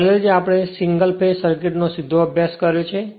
પહેલેથી જ આપણે સીંગલ ફેઝ સર્કિટનો સીધો અભ્યાસ કર્યો છે